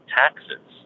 taxes